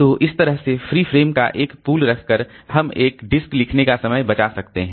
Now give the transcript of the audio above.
तो इस तरह से फ्री फ्रेम का एक पूल रखकर हम एक डिस्क लिखने का समय बचा सकते हैं